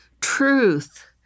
truth